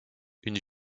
une